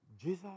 Jesus